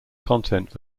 content